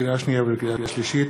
לקריאה שנייה ולקריאה שלישית: